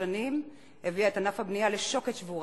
שנים הביאה את ענף הבנייה לשוקת שבורה,